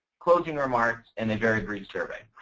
closing remarks and a very brief survey.